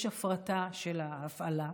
יש הפרטה של ההפעלה.